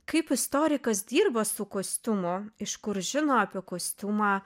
kaip istorikas dirba su kostiumu iš kur žino apie kostiumą